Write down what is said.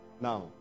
Now